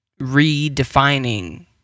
redefining